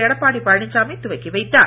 எடப்பாடி பழனிச்சாமி துவக்கி வைத்தார்